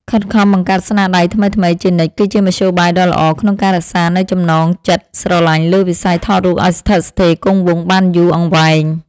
ខិតខំបង្កើតស្នាដៃថ្មីៗជានិច្ចគឺជាមធ្យោបាយដ៏ល្អក្នុងការរក្សានូវចំណងចិត្តស្រឡាញ់លើវិស័យថតរូបឱ្យស្ថិតស្ថេរគង់វង្សបានយូរអង្វែង។